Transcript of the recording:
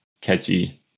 catchy